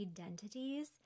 identities